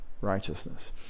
righteousness